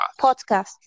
podcast